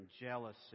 jealousy